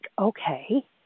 okay